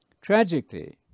Tragically